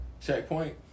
checkpoint